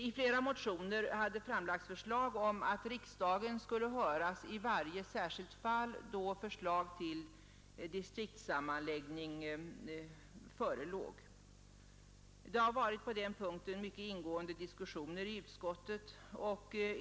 I flera motioner har framlagts förslag om att riksdagen skall höras i varje särskilt fall, då förslag till distriktssammanläggning föreligger. Det har på den punkten varit mycket ingående diskussioner i utskottet.